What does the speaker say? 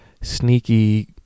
sneaky